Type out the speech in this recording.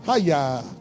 Hiya